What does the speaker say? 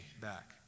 back